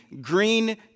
green